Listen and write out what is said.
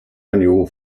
annual